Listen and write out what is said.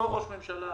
אותו ראש ממשלה,